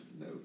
No